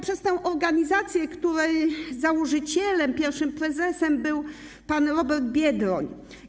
Przez tę organizację, której założycielem, pierwszym prezesem był pan Robert Biedroń.